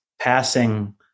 passing